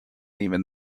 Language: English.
even